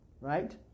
Right